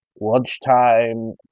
lunchtime